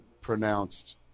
pronounced